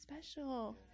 special